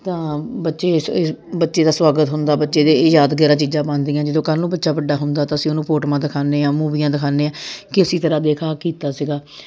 ਤਾਂ ਬੱਚੇ ਇਸ ਇਸ ਬੱਚੇ ਦਾ ਸਵਾਗਤ ਹੁੰਦਾ ਬੱਚੇ ਦੇ ਯਾਦਗਾਰ ਚੀਜ਼ਾਂ ਬਣਦੀਆਂ ਜਦੋਂ ਕੱਲ੍ਹ ਨੂੰ ਬੱਚਾ ਵੱਡਾ ਹੁੰਦਾ ਤਾਂ ਅਸੀਂ ਉਹਨੂੰ ਫੋਟੋਆਂ ਦਿਖਾਉਂਦੇ ਹਾਂ ਮੂਵੀਆਂ ਦਿਖਾਉਂਦੇ ਹਾਂ ਕਿ ਅਸੀਂ ਤੇਰਾ ਦੇਖ ਆਹ ਕੀਤਾ ਸੀਗਾ